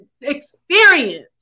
experience